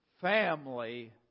family